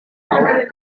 out